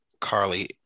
Carly